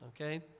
okay